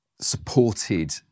supported